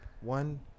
one